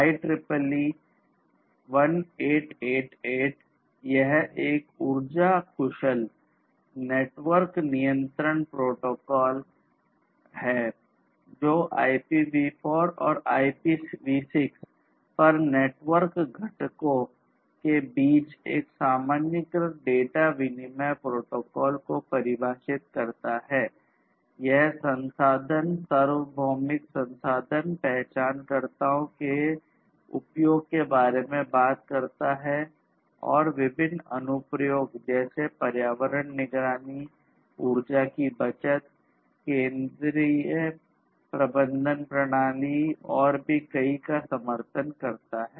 IEEE 1888 यह एक ऊर्जा कुशल नेटवर्क नियंत्रण प्रोटोकॉल और भी कई का समर्थन करता है